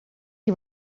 que